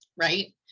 Right